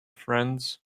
friends